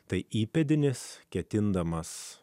tai įpėdinis ketindamas